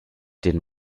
den